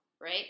right